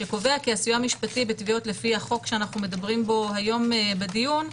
שקובע כי הסיוע המשפטי בתביעות לפי החוק שאנחנו מדברים בו היום בדיון,